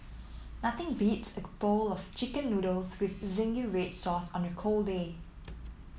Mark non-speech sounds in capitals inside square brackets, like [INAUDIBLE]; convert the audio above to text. nothing beats [UNINTELLIGIBLE] bowl of chicken noodles with zingy red sauce on a cold day